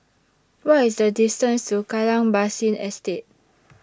What IS The distance to Kallang Basin Estate